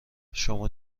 شما